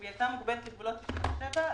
אם היא הייתה מוגבלת לגבולות 1967,